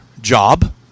job